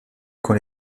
quand